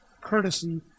courtesy